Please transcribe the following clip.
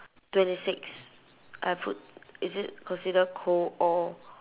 twenty six I put is it considered cold or